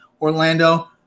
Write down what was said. Orlando